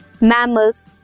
mammals